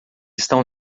estão